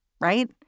Right